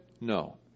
No